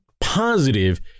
positive